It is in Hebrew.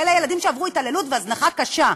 אלה ילדים שעברו התעללות והזנחה קשה.